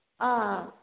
अँ अँ